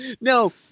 No